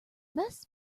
best